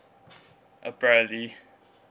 apparently